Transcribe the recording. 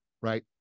right